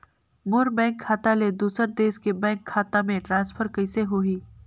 मोर bank खाता ले दुसर देश के बैंक खाता मे ट्रांसफर कइसे होही?